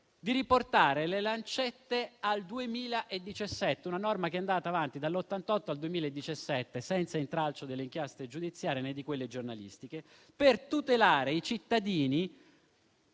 di riportare le lancette al 2017, ad una norma che è stata in vigore dal 1988 al 2017, senza intralcio delle inchieste giudiziarie né di quelle giornalistiche, per tutelare i cittadini